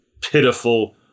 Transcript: pitiful